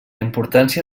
importància